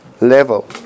level